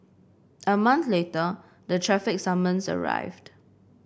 a month later the traffic summons arrived